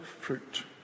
fruit